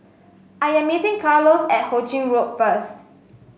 I am meeting Carlos at Ho Ching Road first